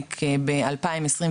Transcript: עומק ב-2023.